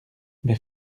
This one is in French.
mais